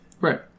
Right